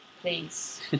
please